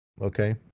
okay